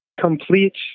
complete